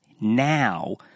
now